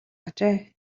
ажээ